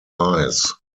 eyes